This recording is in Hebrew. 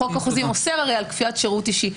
החוק החוזי אוסר הרי על כפיית שירות אישי.